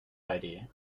idea